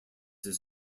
his